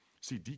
See